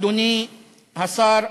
אדוני השר,